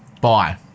bye